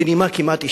בנימה כמעט אישית: